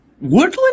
Woodland